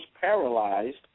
paralyzed